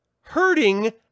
hurting